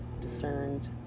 discerned